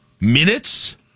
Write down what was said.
minutes